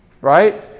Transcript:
right